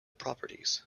properties